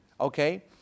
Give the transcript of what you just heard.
Okay